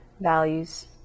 values